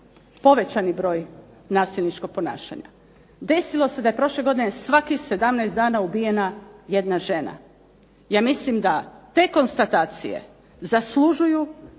povećani broj nasilničkog ponašanja, desilo se da je prošle godine svakih 17 dana ubijena jedna žena. Ja mislim da te konstatacije zaslužuju puno